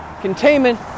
containment